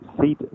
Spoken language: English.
seat